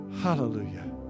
hallelujah